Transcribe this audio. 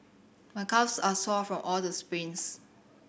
my calves are sore from all the sprints